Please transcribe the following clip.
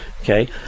okay